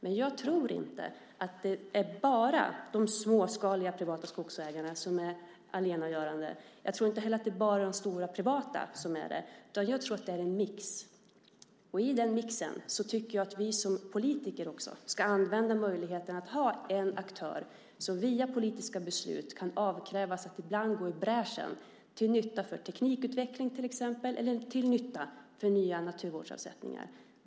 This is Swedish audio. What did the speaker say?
Men jag tror inte att det bara är de småskaliga privata skogsägarna som är allena saliggörande. Jag tror inte heller att det bara är de stora privata som är det, utan jag tror att det är en mix. Och jag tycker att vi som politiker också ska använda möjligheten att ha en aktör i den mixen som via politiska beslut kan avkrävas att ibland gå i bräschen till nytta för till exempel teknikutveckling eller nya naturvårdsavsättningar.